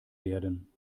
werden